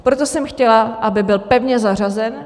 Proto jsem chtěla, aby byl pevně zařazen.